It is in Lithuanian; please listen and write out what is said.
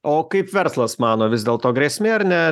o kaip verslas mano vis dėlto grėsmė ar ne